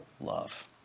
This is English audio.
love